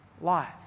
life